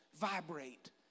vibrate